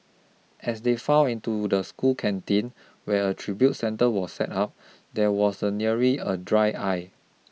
as they filed into the school canteen where a tribute centre was set up there was a nary a dry eye